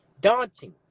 daunting